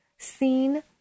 seen